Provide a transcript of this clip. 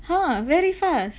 ha very fast